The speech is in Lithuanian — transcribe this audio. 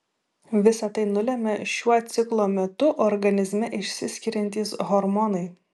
visa tai nulemia šiuo ciklo metu organizme išsiskiriantys hormonai